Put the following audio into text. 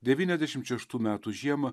devyniasdešimt šeštų metų žiemą